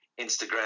Instagram